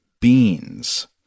beans